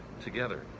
together